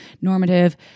normative